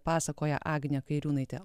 pasakoja agnė kairiūnaitė